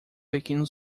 pequeno